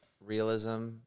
realism